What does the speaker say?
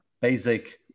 basic